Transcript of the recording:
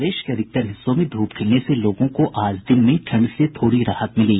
प्रदेश के अधिकतर हिस्सों में धूप खिलने से लोगों को आज दिन में ठंड से थोड़ी राहत मिली